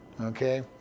Okay